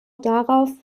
darauf